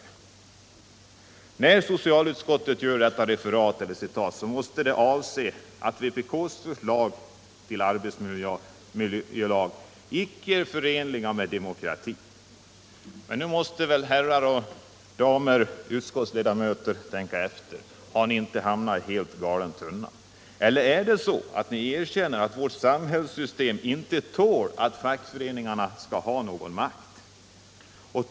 ä När nu socialutskottet gör detta referat måste man anse att vpk:s förslag till arbetsmiljölag icke var förenliga med demokratin. Tänk nu efter, herrar och damer utskottsledamöter: Har ni inte nu hamnat i galen tunna? Eller erkänner ni att vårt samhällssystem inte tål att fackföreningarna får någon makt?